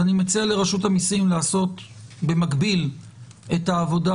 ואני מציע לרשות המיסים לעשות במקביל את העבודה,